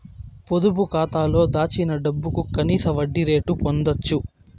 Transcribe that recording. పొదుపు కాతాలో దాచిన డబ్బుకు కనీస వడ్డీ రేటు పొందచ్చు